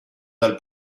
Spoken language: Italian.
dal